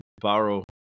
borrow